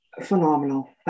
phenomenal